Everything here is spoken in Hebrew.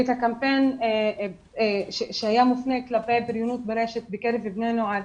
הקמפיין היה מופנה כלפי בריונות ברשת בקרב בני נוער,